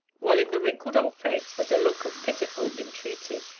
while in the wrinkled old face was a look of pitiful entreaty.